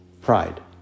pride